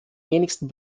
wenigsten